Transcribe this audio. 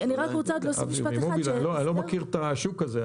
אני לא מכיר את השוק הזה.